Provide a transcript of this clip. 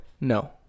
No